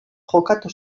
jokatu